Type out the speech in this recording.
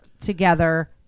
together